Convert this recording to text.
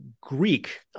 Greek